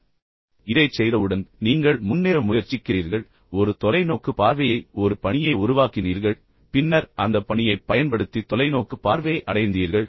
இப்போது நீங்கள் இதைச் செய்தவுடன் நீங்கள் முன்னேற முயற்சிக்கிறீர்கள் நீங்கள் ஒரு தொலைநோக்கு தொலைநோக்கு பார்வையை உருவாக்கினீர்கள் நீங்கள் ஒரு பணியை உருவாக்கினீர்கள் பின்னர் அந்த பணியைப் பயன்படுத்தி உங்கள் தொலைநோக்கு பார்வையை அடைந்தீர்கள்